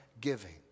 giving